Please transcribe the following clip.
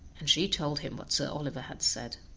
and she told him what sir oliver had said.